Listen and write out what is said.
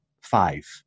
five